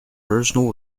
original